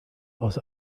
aus